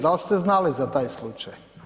Dal ste znali za taj slučaj?